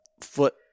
foot